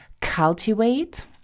cultivate